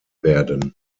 werden